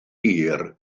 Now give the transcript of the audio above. hir